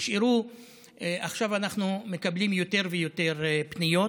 עכשיו אנחנו מקבלים יותר ויותר פניות